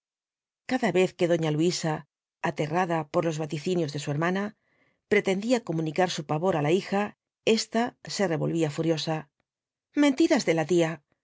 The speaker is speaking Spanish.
cada vez que doña luisa aterrada por los vaticinios de su hermana pretendía comunicar su pavor á la hija ésta se revolvía furiosa mentiras de la tía